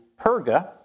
Perga